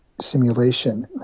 Simulation